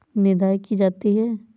निदाई की जाती है?